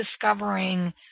discovering